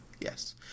yes